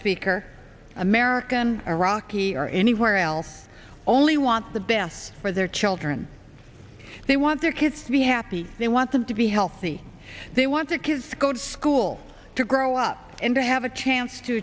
speaker american iraqi or anywhere else only want the best for their children they want their kids to be happy they want them to be healthy they want their kids go to school to grow up and to have a chance to